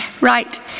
right